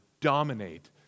dominate